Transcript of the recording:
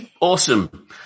Awesome